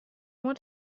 want